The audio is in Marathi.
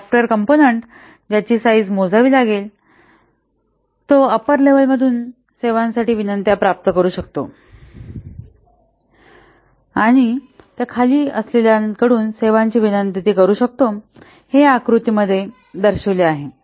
सॉफ्टवेअर कॉम्पोनन्ट ज्याची साईझ मोजावी लागेल तो अप्पर लेव्हल मधून सेवांसाठी विनंत्या प्राप्त करू शकतो आणि त्या खाली असलेल्यांकडून सेवांची विनंती करू शकते हे या आकृती मध्ये दर्शविलेले आहे